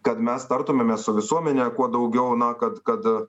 kad mes tartumėmės su visuomene kuo daugiau na kad kad